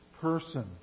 person